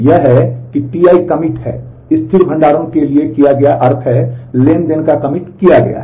यह है कि Ti कमिट किया गया है